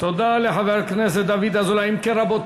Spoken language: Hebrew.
תודה לחבר הכנסת דוד אזולאי.